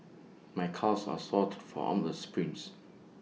my calves are sort from all the sprints